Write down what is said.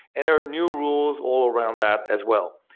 and are new rules all around that as well.